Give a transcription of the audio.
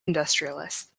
industrialist